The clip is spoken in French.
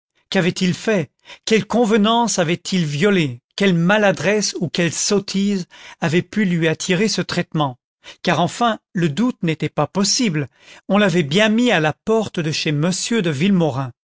qu'avait-il fait quelles convenances avait-il violées quelle maladresse ou quelle sottise avait pu lui attirer ce traitement car enfin le doute n'était pas possible on l'avait bien mis à la porte de chez m de